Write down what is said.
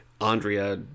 Andrea